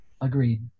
Agreed